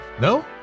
No